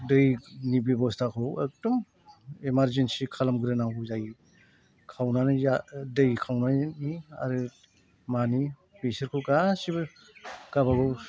दैनि बेब'स्थाखौ एखदम एमारजेन्सि खालामग्रोनांगौ जायो दै खावनानै आरो माने बेसोरखौ गासिबो गावबा गावनि